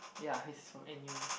ya he's from N_U_S